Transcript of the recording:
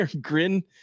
grin